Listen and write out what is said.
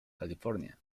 california